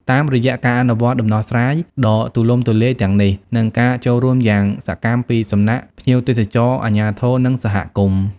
តាមរយៈការអនុវត្តដំណោះស្រាយដ៏ទូលំទូលាយទាំងនេះ និងការចូលរួមយ៉ាងសកម្មពីសំណាក់ភ្ញៀវទេសចរ អាជ្ញាធរ និងសហគមន៍។